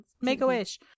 Make-A-Wish